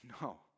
no